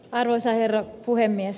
arvoisa herra puhemies